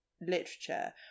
literature